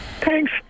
Thanks